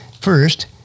First